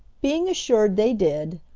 being assured they did,